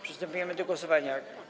Przystępujemy do głosowania.